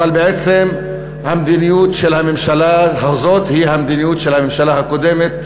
אבל בעצם המדיניות של הממשלה הזאת היא המדיניות של הממשלה הקודמת,